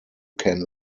can